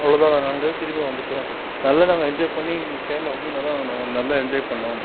அவ்வளோ தான் நாங்கள் அங்கிருந்து திரும்பி வந்துவிட்டோம் நல்லா நாங்கள் என்ஜாய் பண்ணி கேரளா வந்து நல்லா நாங்கள் நல்லா என்ஜாய் பண்ணிணோம்